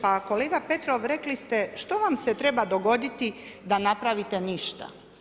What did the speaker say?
Pa kolega Petrov rekli ste što vam se treba dogoditi da napravite ništa.